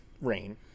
Rain